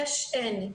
יש-אין,